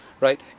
right